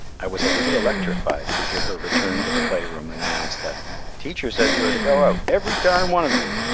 i was a little electrified to hear her return to the playroom and announce that teacher says you are to go out, every darned one of you!